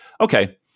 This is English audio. okay